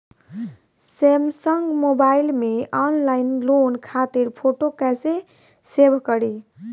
Samsung mobile में online loan खातिर photo कैसे सेभ करीं?